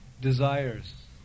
desires